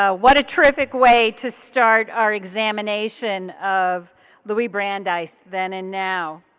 ah what a terrific way to start our examination of louis brandeis then and now.